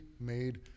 made